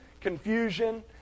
confusion